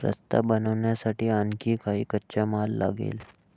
रस्ता बनवण्यासाठी आणखी काही कच्चा माल लागेल